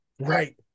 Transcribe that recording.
Right